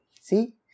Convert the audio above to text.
See